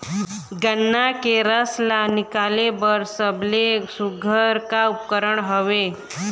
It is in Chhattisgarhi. गन्ना के रस ला निकाले बर सबले सुघ्घर का उपकरण हवए?